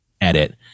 edit